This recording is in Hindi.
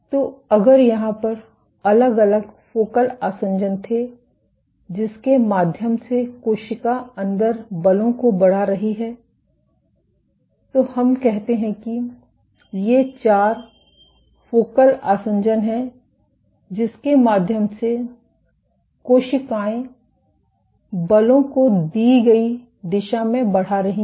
तो अगर यहाँ पर अलग अलग फोकल आसंजन थे जिसके माध्यम से कोशिका अंदर बलों को बढ़ा रही है तो हम कहते हैं कि ये चार फोकल आसंजन हैं जिसके माध्यम से कोशिकाएं बलों को दी गई दिशा में बढ़ा रही हैं